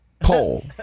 poll